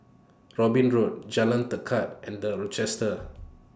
Robin Road Jalan Tekad and The Rochester